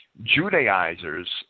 Judaizers